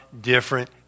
different